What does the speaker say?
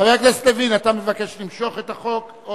חבר הכנסת לוין, אתה מבקש למשוך את החוק?